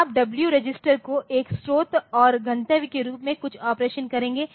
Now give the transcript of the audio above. आप W register को एक स्रोत और गंतव्य के रूप में कुछ ऑपरेशन करेंगे